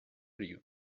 you